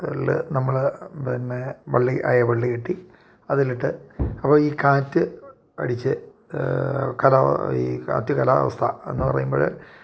എല്ല് നമ്മൾ പിന്നെ വള്ളി അയൽ വള്ളി കെട്ടി അതിൽ ഇട്ട് അപ്പം ഈ കാറ്റ് അടിച്ചു ഈ കാറ്റ് കലാവസ്ഥ എന്നു പറയുമ്പോൾ